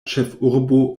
ĉefurbo